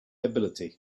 ability